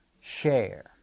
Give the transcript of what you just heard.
share